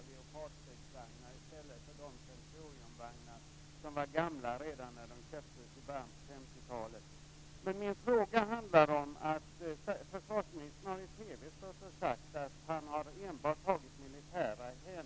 Tvärtom har vi ett starkt och modernt försvar, och det skall vi ha också i fortsättningen.